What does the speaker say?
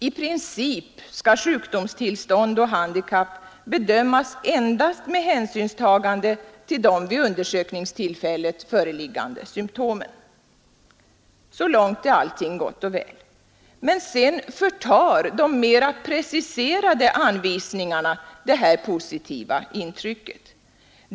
I princip skall sjukdomstillstånd och handikapp beömas endast med hänsynstagande till de vid undersökningstillfället föreliggande symtomen. Så långt är allt gott och väl. Men sedan förtar de mera preciserade anvisningarna det här positiva intrycket.